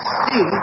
see